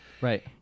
Right